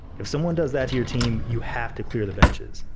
if someone does that to your team, you have to clear the benches,